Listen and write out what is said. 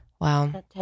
Wow